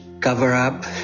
cover-up